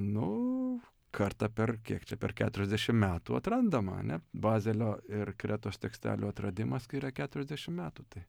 nu kartą per kiek per keturiasdešim metų atrandama ane bazelio ir kretos tekstelių atradimą skiria keturiasdešim metų tai